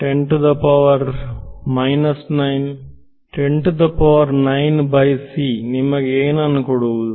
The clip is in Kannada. ವಿದ್ಯಾರ್ಥಿಹತ್ತರ ಘಾತ ಮೈನಸ್ 9 ನಿಮಗೆ ಏನನ್ನು ಕೊಡುವುದು